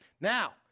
Now